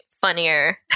funnier